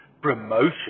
promotion